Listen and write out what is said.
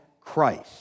Christ